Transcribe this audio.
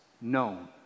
known